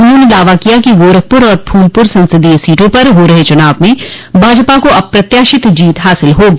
उन्होंने दावा किया कि गोरखपुर और फूलपुर संसदीीय सीटों पर हो रहे चुनाव में भाजपा को अप्रत्याशित जीत हासिल होगी